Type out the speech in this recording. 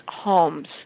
homes